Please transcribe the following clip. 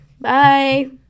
bye